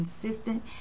consistent